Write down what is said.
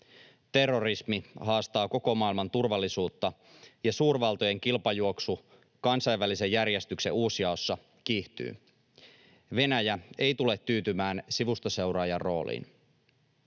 Terrorismi haastaa koko maailman turvallisuutta, ja suurvaltojen kilpajuoksu kansainvälisen järjestyksen uusjaossa kiihtyy. Venäjä ei tule tyytymään sivustaseuraajan rooliin.